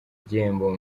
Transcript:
gihembo